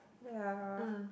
ya